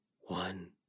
one